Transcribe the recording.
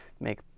make